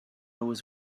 was